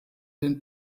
den